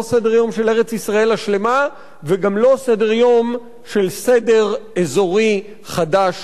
לא סדר-יום של ארץ-ישראל השלמה וגם לא סדר-יום של סדר אזורי חדש